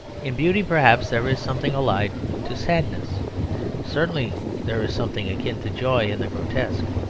in beauty, perhaps, there is something allied to sadness certainly there is something akin to joy in the grotesque,